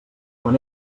quan